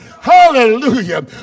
Hallelujah